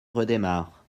redémarre